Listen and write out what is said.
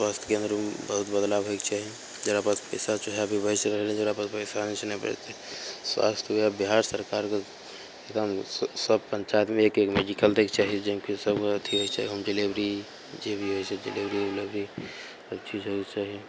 स्वास्थ्य केन्द्रमे बहुत बदलाव होइके चाही जकरा पास पएसा छै वएह जकरा पास पइसा नहि छै नहि बचतै स्वास्थ्य विभाग बिहार सरकारके एकदम सब पञ्चाइतमे एक एक मेडिकल दैके चाही जाहिमेकि सब अथी होइके चाही होम डिलिवरी जे भी होइ छै डिलिवरी उलिवरी हर चीज होइके चाही